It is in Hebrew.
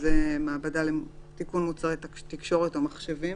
לרבות בבית מגורים,